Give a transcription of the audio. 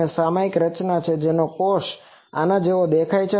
તે એક સામયિક રચના છે જેનો એક કોષ આના જેવો દેખાય છે